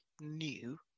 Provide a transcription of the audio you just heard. new